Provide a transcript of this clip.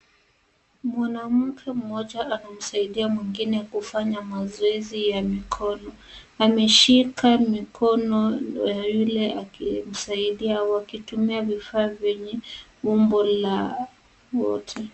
Mwanamke mmoja anamsaidia mwingine kufanya mazoezi ya mikono, ameshika mikono ya yule akimsaidia wakitumia vifaa vyenye umbo la wote.